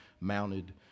mounted